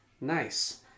Nice